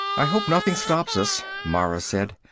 i hope nothing stops us, mara said.